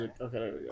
okay